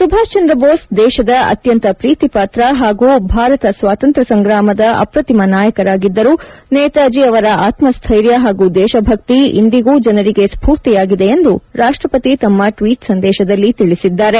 ಸುಭಾಷ್ ಚಂದ್ರ ಬೋಸ್ ದೇಶದ ಅತ್ಯಂತ ಪ್ರೀತಿ ಪಾತ್ರ ಹಾಗೂ ಭಾರತ ಸ್ವಾತಂತ್ರ್ ಸಂಗ್ರಾಮದ ಅಪ್ರತಿಮ ನಾಯಕರಾಗಿದ್ದರು ನೇತಾಜಿ ಅವರ ಆತ್ಮಸ್ಟ್ವೆರ್ಯ ಹಾಗೂ ದೇಶಭಕ್ತಿ ಇಂದಿಗೂ ಜನರಿಗೆ ಸ್ಪೂರ್ತಿಯಾಗಿದೆ ಎಂದು ರಾಷ್ಟಪತಿ ತಮ್ಮ ಟ್ವೀಟ್ ಸಂದೇಶದಲ್ಲಿ ತಿಳಿಸಿದ್ದಾರೆ